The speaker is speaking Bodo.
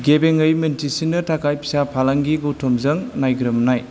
गेबेङै मोनथिसिन्नो थाखाय फिसा फालांगि गौथुमजों नायग्रोमनाय